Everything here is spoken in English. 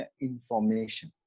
information